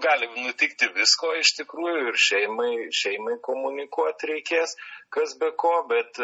gali nutikti visko iš tikrųjų ir šeimai šeimai komunikuot reikės kas be ko bet